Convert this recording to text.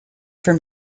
from